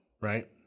Right